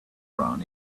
around